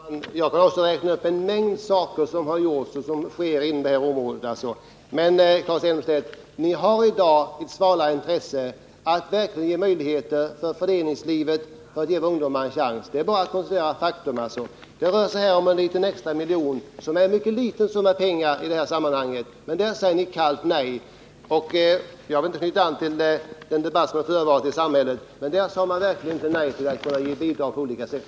Herr talman! Jag kan också räkna upp en mängd saker som gjorts, sådant som inte bara varit ord. Men Claes Elmstedt — ni har i dag ett svalare intresse när det gäller att ge föreningslivet möjligheter att verkligen ge ungdomarna 43 en chans. Det är bara att konstatera faktum. Det rör sig här om en extra miljon, som är en mycket liten summa pengar i detta sammanhang. Där säger ni kallt nej. Jag vill inte knyta an till den debatt som förevarit i samhället, men jag vill ändå nämna att man där verkligen inte sade nej till att ge bidrag på olika sätt.